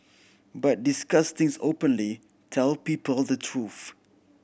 but discuss things openly tell people the truth